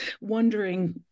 wondering